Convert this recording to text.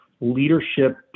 leadership